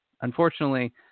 Unfortunately